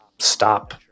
stop